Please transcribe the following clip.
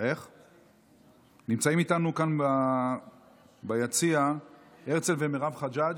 איתנו כאן ביציע הרצל ומירב חג'אג',